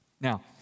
Now